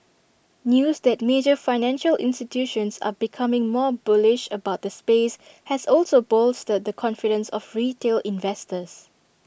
news that major financial institutions are becoming more bullish about the space has also bolstered the confidence of retail investors